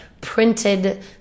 printed